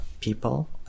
people